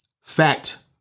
Fact